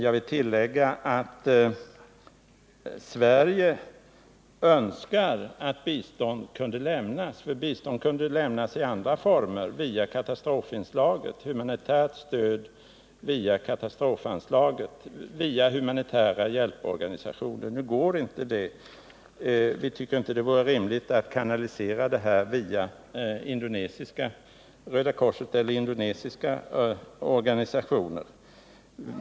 Jag vill tillägga att Sverige önskar att bistånd kunde lämnas i andra former— i form av humanitärt stöd via katastrofanslaget och via humanitära hjälporganisationer. Nu går inte det. Vi tycker inte det är rimligt att kanalisera ett stöd via indonesiska Röda korset eller andra indonesiska organisationer.